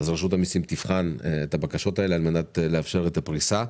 רשות המסים תבחן את הבקשות האלה על מנת לאפשר את הפריסה.